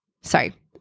sorry